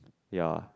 ya